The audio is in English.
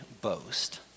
boast